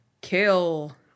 kill